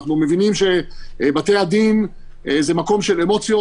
אנחנו מבינים שבתי הדין זה מקום של אמוציות.